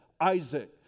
Isaac